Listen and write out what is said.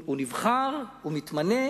הוא נבחר, הוא מתמנה